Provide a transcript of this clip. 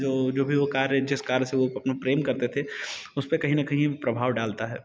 जो जो भी वो कार्य जिस कार्य से वो अपना प्रेम करते थे उस पर कहीं ना कहीं प्रभाव डालता है